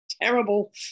terrible